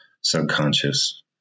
subconscious